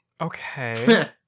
Okay